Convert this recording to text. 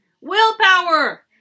willpower